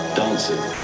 dancing